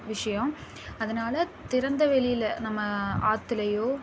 விஷயம் அதனால திறந்த வெளியில் நம்ம ஆற்றுலையோ